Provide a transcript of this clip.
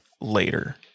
later